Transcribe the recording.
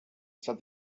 said